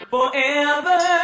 Forever